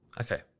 Okay